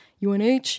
UNH